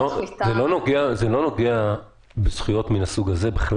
יכולים למקד את פעולות האכיפה המשטרתיות ביחס למפרים,